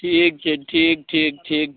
ठीक छै ठीक ठीक ठीक